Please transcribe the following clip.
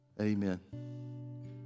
amen